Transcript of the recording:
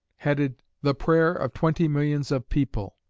headed the prayer of twenty millions of people,